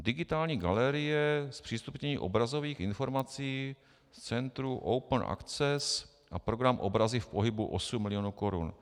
Digitální galerie zpřístupnění obrazových informací v centru Open Access a program Obrazy v pohybu 8 mil. korun.